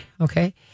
Okay